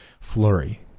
flurry